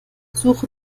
suche